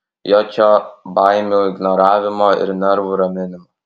jokio baimių ignoravimo ir nervų raminimo